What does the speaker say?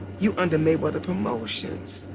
you under mayweather promotions,